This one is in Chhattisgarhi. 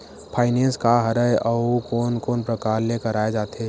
फाइनेंस का हरय आऊ कोन कोन प्रकार ले कराये जाथे?